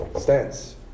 Stance